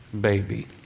baby